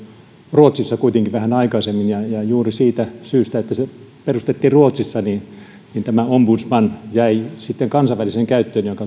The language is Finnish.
ruotsissa kuitenkin vähän aikaisemmin ja ja juuri siitä syystä että se perustettiin ruotsissa tämä termi ombudsman jäi sitten kansainväliseen käyttöön mikä